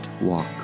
walk